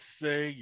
say